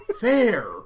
fair